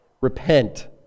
Repent